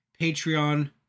Patreon